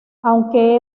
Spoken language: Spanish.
aunque